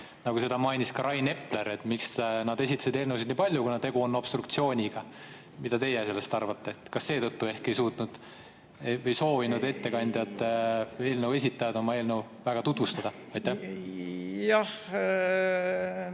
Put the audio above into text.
Nagu seda mainis ka Rain Epler, nad esitasid eelnõusid nii palju, kuna tegu on obstruktsiooniga. Mida teie sellest arvate? Kas seetõttu ehk ei suutnud või ei soovinud ettekandjad, eelnõu esitajad oma eelnõu väga tutvustada?